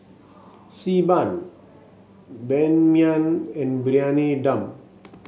Xi Ban Ban Mian and Briyani Dum